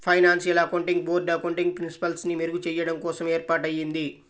financial accounting board accounting ప్రిన్సిపల్స్ని మెరుగుచెయ్యడం కోసం ఏర్పాటయ్యింది